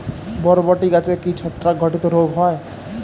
বরবটি গাছে কি ছত্রাক ঘটিত রোগ হয়?